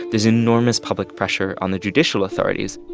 there's enormous public pressure on the judicial authorities.